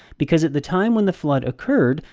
because at the time when the flood occurred,